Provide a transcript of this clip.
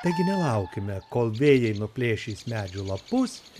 taigi nelaukime kol vėjai nuplėšys medžių lapus